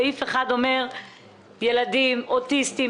וסעיף 1 אומר שילדים אוטיסטים,